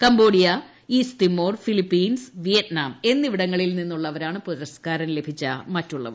Cambodia East Timor Philippines Vietnam എന്നിവിടങ്ങളിൽ നിന്നുള്ളവരാണ് പുരസ്കാരം ലഭിച്ച മറ്റുള്ളവർ